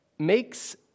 makes